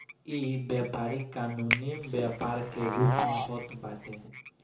इ व्यापारी कानूनी व्यापार के रूप में होत बाटे